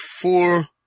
four